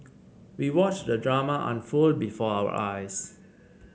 we watched the drama unfold before our eyes